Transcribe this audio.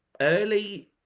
early